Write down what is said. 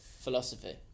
philosophy